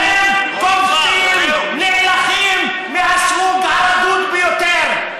אתם כובשים נאלחים מהסוג הרדוד ביותר,